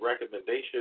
recommendation